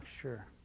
sure